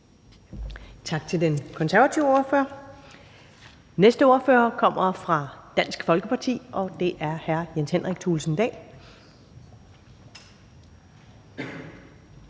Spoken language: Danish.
Tak til den konservative ordfører. Næste ordfører kommer fra Dansk Folkeparti, og det er hr. Jens Henrik Thulesen Dahl.